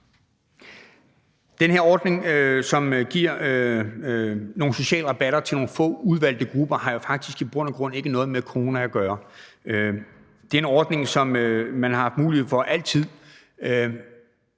Den her ordning, som giver nogle sociale rabatter til nogle få udvalgte grupper, har jo faktisk i bund og grund ikke noget med corona at gøre. Det er en ordning, som man altid har haft mulighed for.